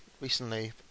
recently